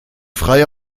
freie